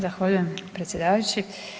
Zahvaljujem predsjedavajući.